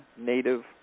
Native